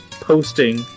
posting